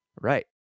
Right